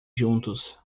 juntos